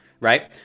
Right